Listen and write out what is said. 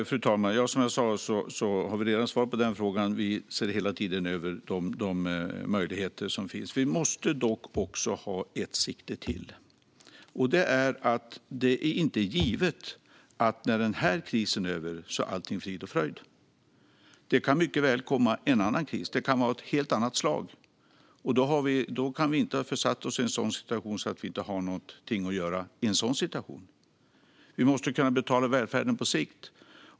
Fru talman! Som jag sa har vi redan svarat på frågan. Vi ser hela tiden över de möjligheter som finns. Vi måste dock ta sikte på en sak till, och det är att det inte är givet att allt är frid och fröjd när krisen är över. Det kan mycket väl komma en annan kris av helt annat slag, och då kan vi inte ha försatt oss i en situation där vi inte kan göra något. Vi måste kunna betala välfärden på sikt.